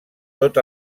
tot